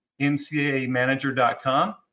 ncaamanager.com